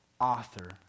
author